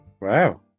Wow